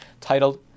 titled